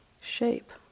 shape